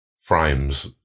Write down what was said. frames